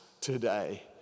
today